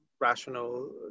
rational